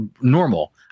normal